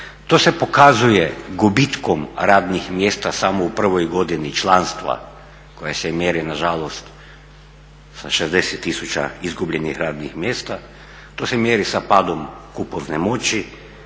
to se pokazuje gubitkom radnih mjesta samo u prvoj godini članstva koja se mjeri nažalost sa 60 tisuća izgubljenih radnih mjesta, to se mjeri sa padom kupovne moći,